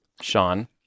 Sean